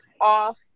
off